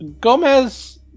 Gomez